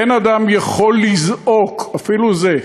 אין אדם יכול לזעוק" אפילו זה,